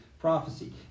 prophecy